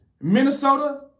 Minnesota